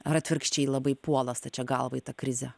ar atvirkščiai labai puola stačia galva į tą krizę